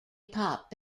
pop